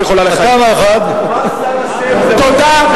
ראש ממשלה, כמה שקרים לראש ממשלה אחד, תודה.